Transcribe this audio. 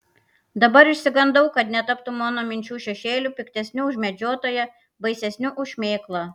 dabar išsigandau kad netaptų mano minčių šešėliu piktesniu už medžiotoją baisesniu už šmėklą